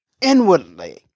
Inwardly